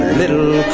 little